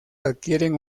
adquieren